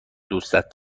دوستت